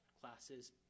classes